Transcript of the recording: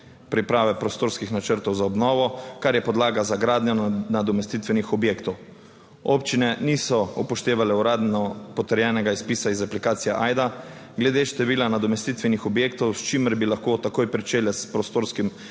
priprave prostorskih načrtov za obnovo, kar je podlaga za gradnjo nadomestitvenih objektov, občine niso upoštevale uradno potrjenega izpisa iz aplikacije Ajda glede števila nadomestitvenih objektov, s čimer bi lahko takoj pričele s prostorskim